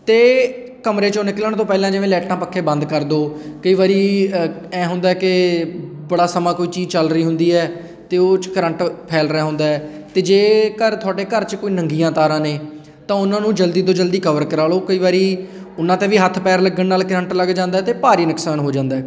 ਅਤੇ ਕਮਰੇ 'ਚੋਂ ਨਿਕਲਣ ਤੋਂ ਪਹਿਲਾਂ ਜਿਵੇਂ ਲਾਈਟਾਂ ਪੱਖੇ ਬੰਦ ਕਰ ਦਿਉ ਕਈ ਵਾਰੀ ਐਂ ਹੁੰਦਾ ਕਿ ਬੜਾ ਸਮਾਂ ਕੋਈ ਚੀਜ਼ ਚੱਲ ਰਹੀ ਹੁੰਦੀ ਹੈ ਅਤੇ ਉਹ 'ਚ ਕਰੰਟ ਫੈਲ ਰਿਹਾ ਹੁੰਦਾ ਅਤੇ ਜੇਕਰ ਤੁਹਾਡੇ ਘਰ 'ਚ ਕੋਈ ਨੰਗੀਆਂ ਤਾਰਾਂ ਨੇ ਤਾਂ ਉਹਨਾਂ ਨੂੰ ਜਲਦੀ ਤੋਂ ਜਲਦੀ ਕਵਰ ਕਰਵਾ ਲਉ ਕਈ ਵਾਰੀ ਉਹਨਾਂ 'ਤੇ ਵੀ ਹੱਥ ਪੈਰ ਲੱਗਣ ਨਾਲ ਕਰੰਟ ਲੱਗ ਜਾਂਦਾ ਅਤੇ ਭਾਰੀ ਨੁਕਸਾਨ ਹੋ ਜਾਂਦਾ